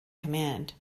command